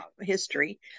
history